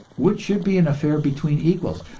which should be an affair between equals,